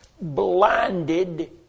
blinded